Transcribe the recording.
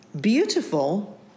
beautiful